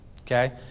okay